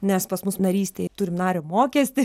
nes pas mus narystėj turim nario mokestį